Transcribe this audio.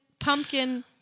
pumpkin